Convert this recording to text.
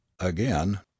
again